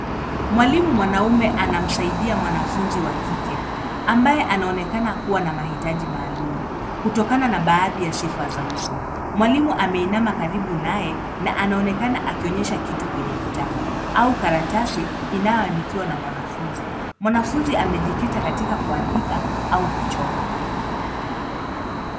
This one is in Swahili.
Mwalimu mwanamume anamsaidia mwanafunzi wa kike ambaye naonekana kuwa na mahitaji maalum kutokana na baadhi ya sifa za uso. Mwalimu ameinama karibu naye na anaonekana akionyesha kitu kwenye kitabu, au karatasi inayoandikiwa na mwanafunzi. Mwanafunzi amejkita katika kuandika au kuchora.